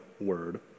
word